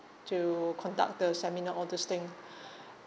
to conduct the seminar all this thing